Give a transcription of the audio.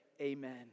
Amen